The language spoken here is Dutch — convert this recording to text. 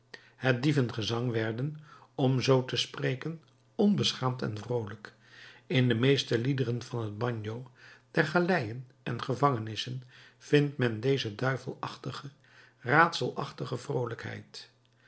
het dievengezang werden om zoo te spreken onbeschaamd en vroolijk in de meeste liederen van het bagno der galeien en gevangenissen vindt men deze duivelachtige raadselachtige vroolijkheid